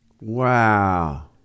Wow